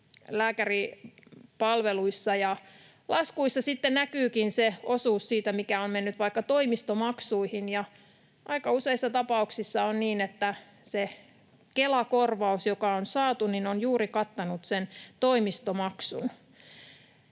lääkäripalveluissa ja laskuissa sitten näkyy se osuus siitä, mikä on mennyt vaikka toimistomaksuihin, ja aika useissa tapauksissa on niin, että se Kela-korvaus, joka on saatu, onkin juuri kattanut sen toimistomaksun.